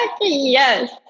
Yes